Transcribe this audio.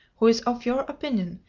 who is of your opinion,